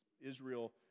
Israel